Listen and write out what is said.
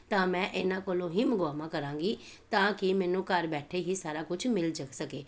ਤਾਂ ਮੈਂ ਇਹਨਾਂ ਕੋਲੋਂ ਹੀ ਮੰਗਵਾਮਾ ਕਰਾਂਗੀ ਤਾਂ ਕਿ ਮੈਨੂੰ ਘਰ ਬੈਠੇ ਹੀ ਸਾਰਾ ਕੁਛ ਮਿਲ ਜ ਸਕੇ